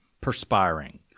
perspiring